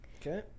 Okay